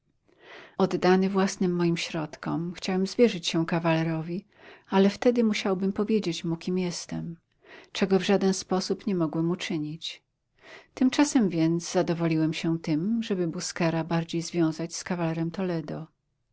oddany własnym moim środkom chciałem zwierzyć się kawalerowi ale wtedy musiałbym powiedzieć mu kim jestem czego w żaden sposób nie mogłem uczynić tymczasem więc zadowoliłem się tym żeby busquera bardziej związać z kawalerem toledo